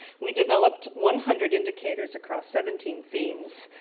we developed one hundred indicators across seventeen themes.